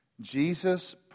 Jesus